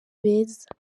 beza